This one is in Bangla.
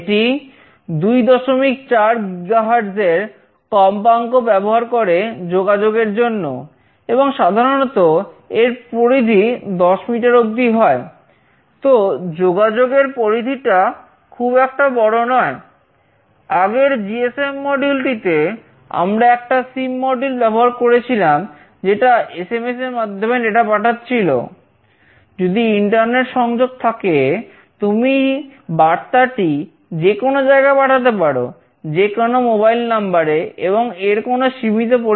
এটি 24 GHz এর কম্পাঙ্ক অবধি পরিধি সীমিত